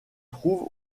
trouve